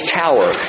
tower